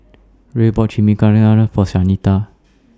Rhea bought Chimichangas For Shanita